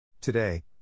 Today